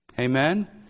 Amen